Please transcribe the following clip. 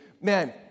Man